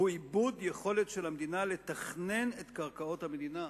והוא איבוד יכולת של המדינה לתכנן את קרקעות המדינה.